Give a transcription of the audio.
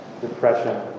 depression